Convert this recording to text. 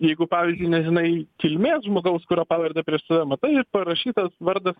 jeigu pavyzdžiui nežinai kilmės žmogaus kurio pavardę prieš save matai ir parašytas vardas